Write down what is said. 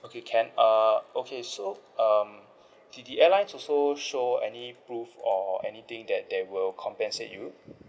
okay can err okay so um did the airline also show any prove or anything that they will compensate you